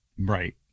right